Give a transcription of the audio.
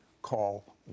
Call